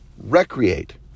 Recreate